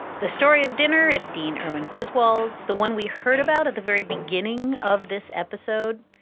the story of dinner at dean erwin griswold's the one we heard about at the very beginning of this episode.